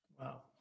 Wow